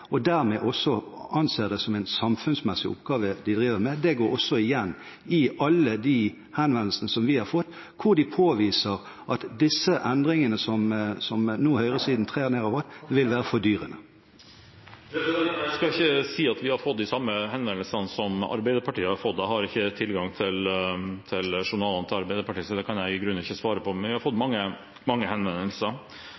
anser dermed det de driver med, som en samfunnsmessig oppgave. Det går også igjen i alle de henvendelsene som vi har fått, hvor de påviser at de endringene som høyresiden nå trer nedover dem, vil være fordyrende. Jeg skal ikke si at vi har fått de samme henvendelsene som Arbeiderpartiet har fått; jeg har ikke tilgang til journalene til Arbeiderpartiet, så det kan jeg i grunnen ikke svare på. Men vi har fått